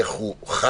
איך הוא חי,